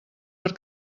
per